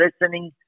listening